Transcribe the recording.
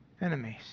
enemies